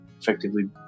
effectively